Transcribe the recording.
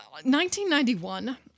1991